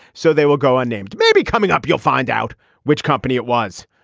so they will go unnamed. maybe coming up you'll find out which company it was.